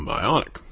Bionic